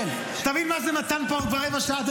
תבין מה זה נתן פה כבר רבע שעה,